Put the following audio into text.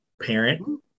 parent